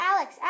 Alex